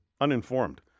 uninformed